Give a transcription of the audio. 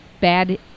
bad